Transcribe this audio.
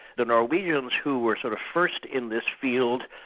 the norwegians who were sort of first in this field,